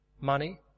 Money